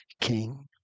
King